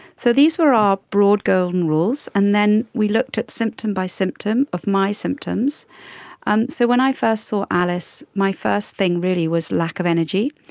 so these were our broad golden rules and then we looked at symptom by symptom of my symptoms. and so when i first saw alice, my first thing really was a lack of energy.